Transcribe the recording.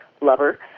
lover